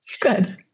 Good